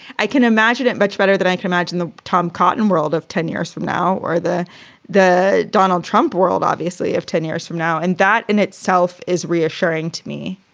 i can imagine it much better than i can imagine the tom cotton world of ten years from now or the the donald trump world, obviously, of ten years from now. and that in itself is reassuring to me